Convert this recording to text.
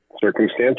circumstance